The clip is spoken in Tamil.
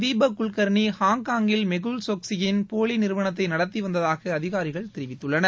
தீபக் குல்கர்னி ஹாங்காங்கில் மெகுல் சோக்ஷியின் போலி நிறுவனத்தை நடத்தி வந்ததாக அதிகாரிகள் தெரிவித்துள்ளனர்